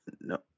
No